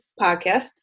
podcast